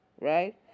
right